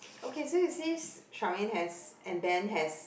okay so you sees Charmaine has and Dan has